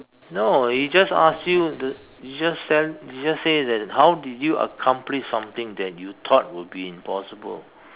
no you just ask you the you just said you just say that how did you accomplish something that you thought would be impossible